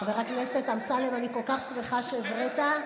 חבר הכנסת אמסלם, אני כל כך שמחה שהבראת,